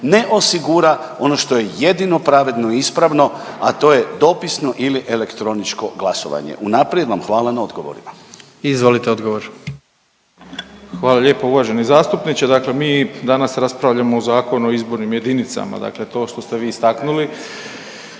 ne osigura ono što je jedino pravedno i ispravno, a to je dopisno ili elektroničko glasovanje. Unaprijed vam hvala na odgovoru. **Jandroković, Gordan (HDZ)** Izvolite odgovor. **Malenica, Ivan (HDZ)** Hvala lijepa uvaženi zastupniče. Dakle, mi danas raspravljamo o Zakonu o izbornim jedinicama. Dakle, to što ste vi istaknuli